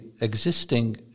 existing